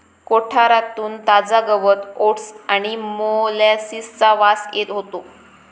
कोठारातून ताजा गवत ओट्स आणि मोलॅसिसचा वास येत होतो